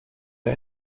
der